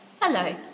Hello